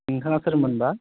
नोंथाङा सोरमोनबा